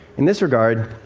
in this regard,